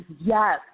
Yes